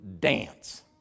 dance